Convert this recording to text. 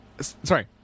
Sorry